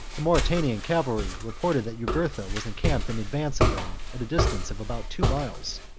the mauritanian cavalry reported that jugurtha was encamped in advance of them at a distance of about two miles.